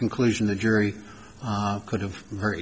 conclusion the jury could have